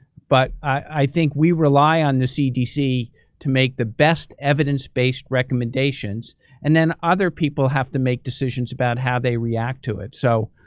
but i think we rely on the cdc to make the best evidence-based recommendations and then other people have to make decisions about how they react to it. so,